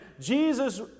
Jesus